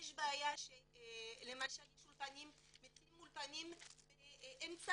יש בעיה שלמשל מציעים אולפנים באמצע